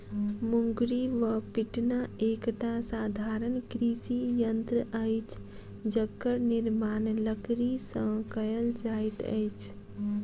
मुंगरी वा पिटना एकटा साधारण कृषि यंत्र अछि जकर निर्माण लकड़ीसँ कयल जाइत अछि